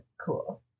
Cool